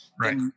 Right